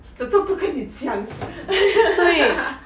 早知道我不跟你讲